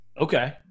Okay